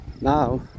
now